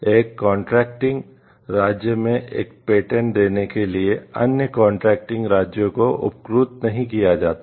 एक कॉन्ट्रैक्टिंग राज्य को उपकृत नहीं किया जाता है